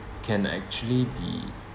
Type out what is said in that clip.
can actually be